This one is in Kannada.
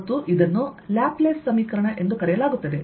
ಮತ್ತು ಇದನ್ನು ಲ್ಯಾಪ್ಲೇಸ್ ಸಮೀಕರಣ ಎಂದು ಕರೆಯಲಾಗುತ್ತದೆ